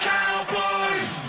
Cowboys